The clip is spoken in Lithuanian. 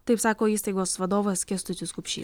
taip sako įstaigos vadovas kęstutis kupšys